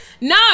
No